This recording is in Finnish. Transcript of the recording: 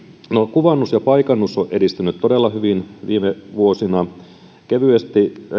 kuvannus ja paikannus ovat edistyneet todella hyvin viime vuosina kevyet